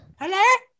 Hello